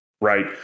right